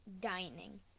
dining